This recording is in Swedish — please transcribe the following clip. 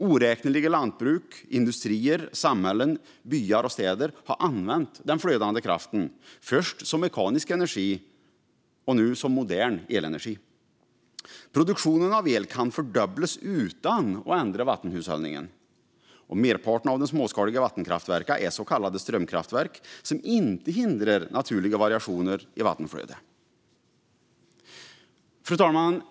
Oräkneliga lantbruk, industrier, samhällen, byar och städer har använt den flödande kraften, först som mekanisk energi och nu som modern elenergi. Produktionen av el kan fördubblas utan att ändra vattenhushållningen. Merparten av de småskaliga vattenkraftverken är så kallade strömkraftverk som inte hindrar naturliga variationer i vattenflödet.